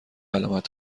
علامت